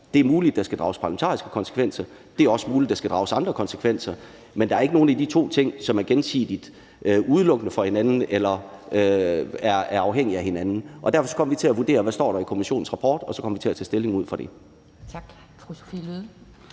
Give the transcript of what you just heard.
Det er muligt, at der skal drage parlamentariske konsekvenser. Det er også muligt, der skal drages andre konsekvenser. Men der er ikke nogen af de to ting, der gensidigt udelukker hinanden, eller som er afhængige af hinanden. Derfor kommer vi til at vurdere, hvad der står i kommissionens rapport, og så kommer vi til at tage stilling ud fra det.